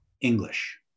English